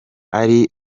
ari